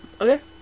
Okay